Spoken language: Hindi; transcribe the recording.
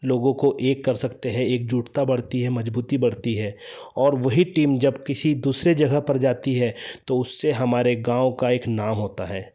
लोगों को एक कर सकते हैं एकजुटता बढ़ती है मजबूती बढ़ती है और वही टीम जब किसी दूसरे जगह पर जाती है तो उससे हमारे गाँव का एक नाम होता है